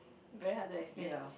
very hard to explain